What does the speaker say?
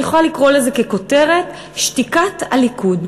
אני יכולה לקרוא לזה ככותרת: שתיקת הליכוד.